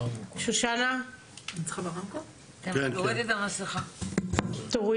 תודה